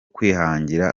kwihangira